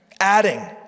Adding